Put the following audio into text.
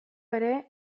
ere